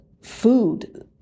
food